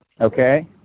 okay